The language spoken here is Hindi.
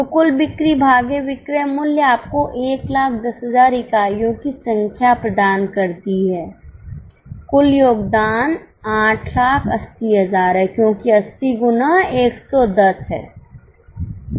तो कुल बिक्री भागे विक्रय मूल्य आपको 110000 इकाइयों की संख्या प्रदान करती है कुल योगदान 880000 है क्योंकि 80 गुना 110 है